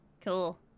Cool